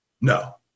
No